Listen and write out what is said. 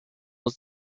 was